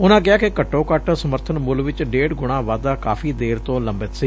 ਉਨਾਂ ਕਿਹਾ ਕਿ ਘੱਟੋ ਘੱਟ ਸਮਰਬਨ ਮੁਲ ਵਿਚ ਡੇਢ ਗੁਣਾ ਵਾਧਾ ਕਾਫ਼ੀ ਦੇਰ ਤੋਂ ਲੰਬਿਤ ਸੀ